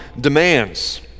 demands